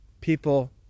people